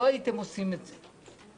לא הייתם עושים את זה.